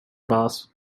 boss